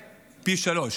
בתוך השכונות או בחוץ?